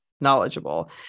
knowledgeable